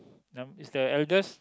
num~ is the eldest